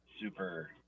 super